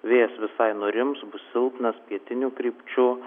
vėjas visai nurims bus silpnas pietinių krypčių